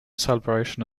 celebration